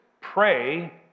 pray